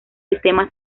sistema